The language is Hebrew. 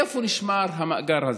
איפה נשמר המאגר הזה,